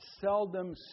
seldom